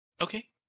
okay